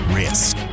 risk